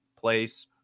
place